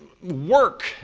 work